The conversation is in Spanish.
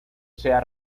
sea